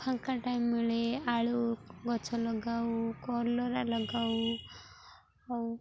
ଫାଙ୍କା ଟାଇମ୍ ମିଳେ ଆଳୁ ଗଛ ଲଗାଉ କଲରା ଲଗାଉ ଆଉ